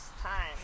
time